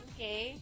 Okay